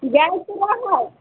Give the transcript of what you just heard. जाइत रहऽ